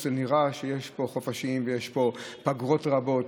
נראה שיש פה חופשים ויש פה פגרות רבות,